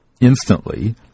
instantly